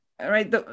right